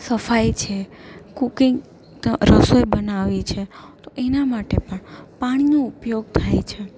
સફાઇ છે કૂકિંગ રસોઈ બનાવી છે તો એના માટે પણ પાણીનો ઉપયોગ થાય છે